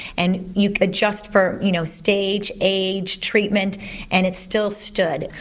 and you adjust for you know stage, age, treatment and it still stood.